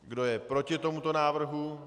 Kdo je proti tomuto návrhu?